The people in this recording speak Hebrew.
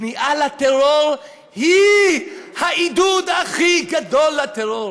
הכניעה לטרור היא העידוד הכי גדול לטרור.